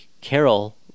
Carol